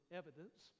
evidence